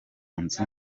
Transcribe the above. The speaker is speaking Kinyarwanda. nzu